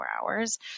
hours